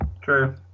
true